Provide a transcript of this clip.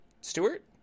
Stewart